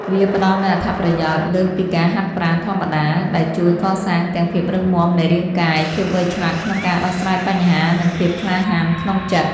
វាផ្តល់នូវអត្ថប្រយោជន៍លើសពីការហាត់ប្រាណធម្មតា ដោយជួយកសាងទាំងភាពរឹងមាំនៃរាងកាយ ភាពវៃឆ្លាតក្នុងការដោះស្រាយបញ្ហា និងភាពក្លាហានក្នុងចិត្ត។